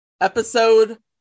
Episode